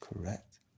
Correct